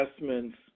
investments